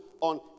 on